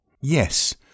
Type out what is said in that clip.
Yes